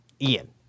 Ian